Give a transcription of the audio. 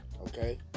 okay